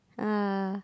uh